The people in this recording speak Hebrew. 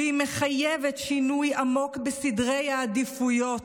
והיא מחייבת שינוי עמוק בסדרי העדיפויות.